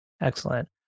Excellent